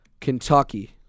Kentucky